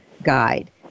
Guide